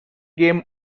game